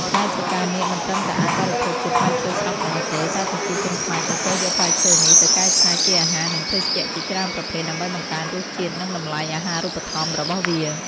ផ្លែស្រកានាគមិនត្រឹមតែអាចបរិភោគជាផ្លែឈើស្រស់ប៉ុណ្ណោះទេ តែប្រជាជនខ្មែរក៏ចេះយកផ្លែឈើនេះទៅកែច្នៃជាអាហារ និងភេសជ្ជៈជាច្រើនប្រភេទ ដើម្បីបង្កើនរសជាតិ និងតម្លៃអាហារូបត្ថម្ភរបស់វា។